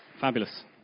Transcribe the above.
Fabulous